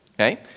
Okay